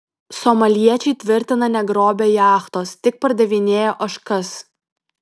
somaliečiai tvirtina negrobę jachtos tik pardavinėję ožkas